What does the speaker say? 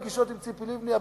לפגישות עם ציפי לבני.